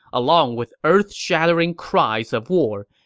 along with earth-shattering cries of war.